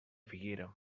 figuera